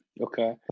Okay